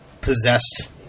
Possessed